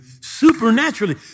supernaturally